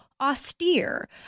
austere